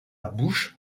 bouche